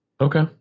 Okay